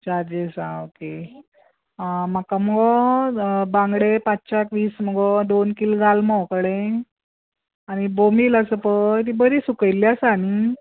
चार दीस आं ओेके आं म्हाका मगो बांगडे पांचश्यांक वीस मगो दोन कील घाल मगो एक कडेन आनी बोंबील आसा पळय ती बरी सुकयल्ली आसा न्हय